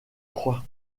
crois